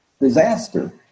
disaster